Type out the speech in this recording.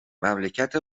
مملکت